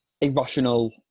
irrational